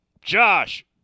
Josh